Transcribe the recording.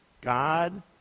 God